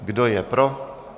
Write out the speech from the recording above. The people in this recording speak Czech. Kdo je pro?